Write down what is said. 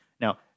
Now